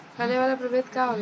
फैले वाला प्रभेद का होला?